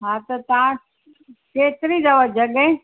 हा त तव्हां केतिरी अथव जॻहि